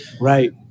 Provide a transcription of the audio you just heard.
Right